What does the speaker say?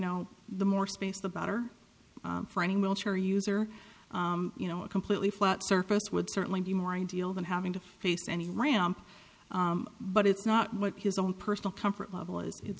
know the more space the better for any military use or you know a completely flat surface would certainly be more ideal than having to face any ramp but it's not what his own personal comfort level is i